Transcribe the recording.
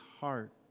heart